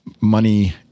money